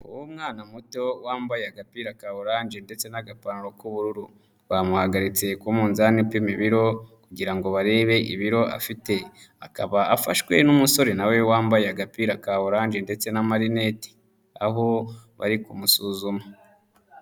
Uwo mwana muto wambaye agapira ka oranje ndetse n'agapantaro k'ubururu, bamuhagaritse ku munzani upima ibiro kugira ngo barebe ibiro afite, akaba afashwe n'umusore na we wambaye agapira ka oranje ndetse n'amarinete. Aho bari kumusuzuma.